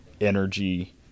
energy